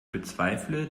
bezweifle